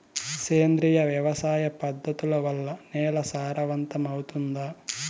సేంద్రియ వ్యవసాయ పద్ధతుల వల్ల, నేల సారవంతమౌతుందా?